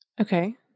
Okay